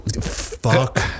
fuck